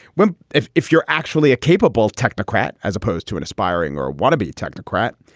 well, if if you're actually a capable technocrat as opposed to an aspiring or wannabe technocrat,